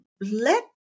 let